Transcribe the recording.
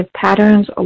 patterns